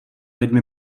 lidmi